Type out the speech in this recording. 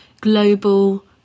global